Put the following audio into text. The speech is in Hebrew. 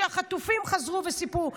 שהחטופים חזרו וסיפרו,